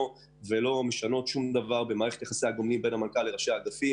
ולא משנות שום דבר במערכת יחסי הגומלין בין המנכ"ל לראשי האגפים.